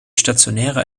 stationäre